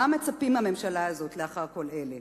מה מצפים מהממשלה הזאת לאחר כל אלה